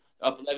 Up